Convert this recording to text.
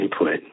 input